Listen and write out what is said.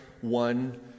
One